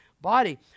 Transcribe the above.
body